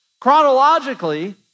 Chronologically